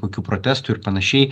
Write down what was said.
kokių protestų ir panašiai